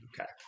okay